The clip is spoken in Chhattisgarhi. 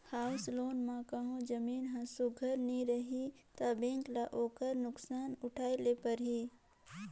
हाउस लोन म कहों जमीन हर सुग्घर नी रही ता बेंक ल ओकर नोसकान उठाए ले परही